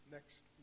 next